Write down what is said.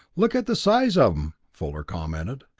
look at the size of em, fuller commented.